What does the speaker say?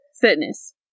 fitness